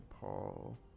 Paul